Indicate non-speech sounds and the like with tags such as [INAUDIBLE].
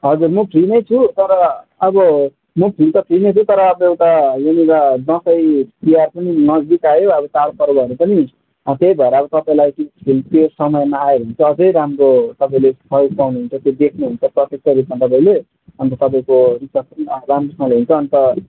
हजुर म फ्री नै छु तर अब म फ्री त फ्री नै छु तर अब एउटा यहाँनिर दसैँ तिहार पनि नजिक आयो अब चाडपर्बहरू पनि अब त्यही भएर अब तपाईँलाई [UNINTELLIGIBLE] त्यो समयमा आयो भने चाहिँ अझै राम्रो तपाईँले सहयोग पाउनुहुन्छ त्यो देख्नुहुन्छ प्रत्यक्ष रूपमा तपाईँले अन्त तपाईँको रिसर्च पनि राम्रोसँगले हुन्छ अन्त